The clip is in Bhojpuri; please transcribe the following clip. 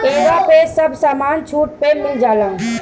इहवा पे सब समान छुट पे मिल जाला